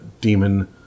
demon